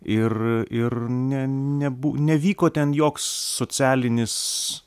ir ir ne ne nevyko ten joks socialinis